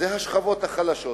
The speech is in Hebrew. אלה השכבות החלשות.